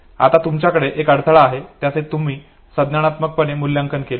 आता तुमच्याकडे एक अडथळा आहे ज्याचे तुम्ही संज्ञानात्मकपणे मुल्यांकन केले